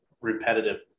repetitive